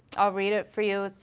i'll read it for you,